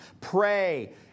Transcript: Pray